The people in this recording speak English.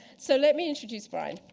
so let me introduce brian.